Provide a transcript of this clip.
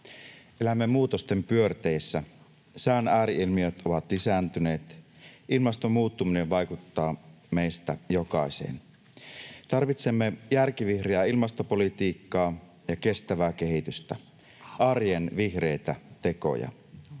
Elämme muutosten pyörteissä, sään ääri-ilmiöt ovat lisääntyneet. Ilmaston muuttuminen vaikuttaa meistä jokaiseen. Tarvitsemme järkivihreää ilmastopolitiikkaa ja kestävää kehitystä, arjen vihreitä tekoja.